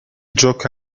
gioca